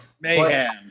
Mayhem